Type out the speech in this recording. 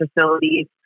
facilities